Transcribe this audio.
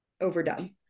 overdone